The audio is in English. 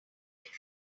right